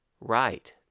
right